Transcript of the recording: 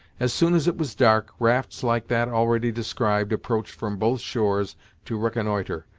as soon as it was dark, rafts like that already described approached from both shores to reconnoitre,